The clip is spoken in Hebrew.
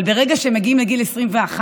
אבל ברגע שהם מגיעים לגיל 21,